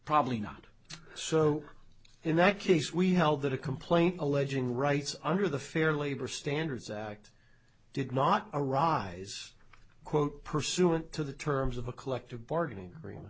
probably not so in that case we held that a complaint alleging rights under the fair labor standards act did not arise quote pursuant to the terms of a collective bargaining agreement